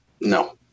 No